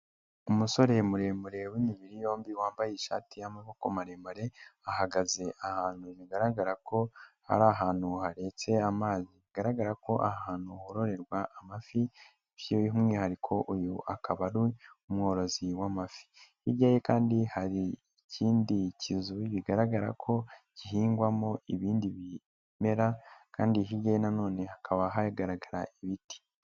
Umusore muremure w'imibiri yombi wambaye ishati y'amaboko maremare ahagaze ahantu bigaragara ko hari ahantu haretse amazi bigaragara ko ahantu hororerwa amafi by'umwihariko uyu akaba ari umworozi w'amafi, hiryaye kandi hari ikindi kizu bigaragara ko gihingwamowo ibindi bimera kandi hirya ye na none hakaba hagaragara ibiti.